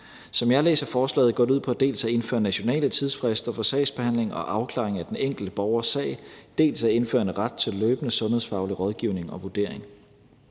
Som jeg læser forslaget, går det ud på dels at indføre nationale tidsfrister for sagsbehandling og afklaring af den enkelte borgers sag, dels at indføre en ret til løbende sundhedsfaglig rådgivning og vurdering.